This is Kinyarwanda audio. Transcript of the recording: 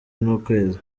n’ukwezi